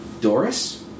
Doris